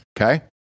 Okay